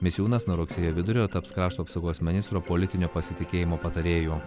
misiūnas nuo rugsėjo vidurio taps krašto apsaugos ministro politinio pasitikėjimo patarėju